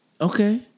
Okay